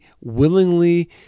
willingly